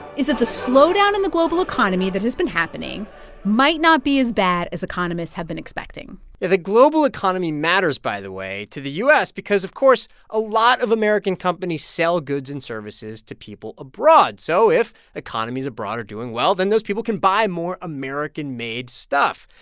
is that the slowdown in the global economy that has been happening might not be as bad as economists have been expecting the the global economy matters, by the way, to the u s. because, of course, a lot of american companies sell goods and services to people abroad. so if economies abroad are doing well, then those people can buy more american-made stuff.